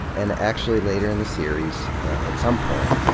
and actually, later in the series at some point,